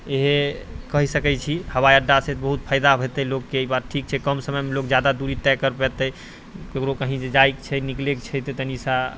इएह कहि सकै छी हवाइअड्डासँ बहुत फायदा हेतै लोकके ई बात ठीक छै कम समयमे लोक ज्यादा दूरी तय करि पेतै ककरो कहीँ जाइके छै निकलैके छै तऽ तनी सा